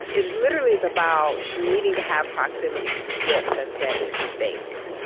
it literally is about needing to have proximity to get the same things.